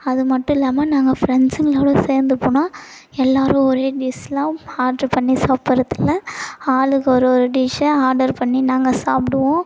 அது மட்டும் இல்லாமல் நாங்கள் ஃப்ரெண்ட்ஸுங்களோடு சேர்ந்து போனால் எல்லாேரும் ஒரே டிஸ்ஷெல்லாம் ஆர்ட்ரு பண்ணி சாப்பிட்றது இல்லை ஆளுக்கு ஒரு ஒரு டிஷ்ஷாக ஆர்டர் பண்ணி நாங்கள் சாப்பிடுவோம்